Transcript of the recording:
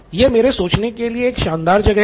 यह मेरे लिए सोचने के लिए एक शानदार जगह है